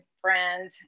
friend